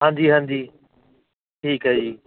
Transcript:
ਹਾਂਜੀ ਹਾਂਜੀ ਠੀਕ ਹੈ ਜੀ